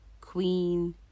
queen